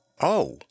Oh